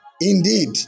Indeed